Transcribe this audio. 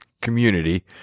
community